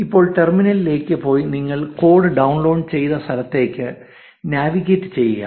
ഇപ്പോൾ ടെർമിനലിലേക്ക് പോയി നിങ്ങൾ കോഡ് ഡൌൺലോഡ് ചെയ്ത സ്ഥലത്തേക്ക് നാവിഗേറ്റ് ചെയ്യുക